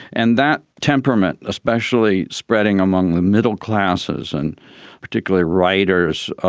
and that temperament, especially spreading among the middle classes and particularly writers,